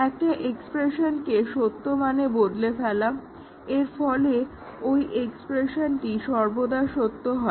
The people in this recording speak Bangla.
একটা এক্সপ্রেশনকে সত্য মানে বদলে ফেলা এর ফলে ওই এক্সপ্রেশনটি সর্বদা সত্য হয়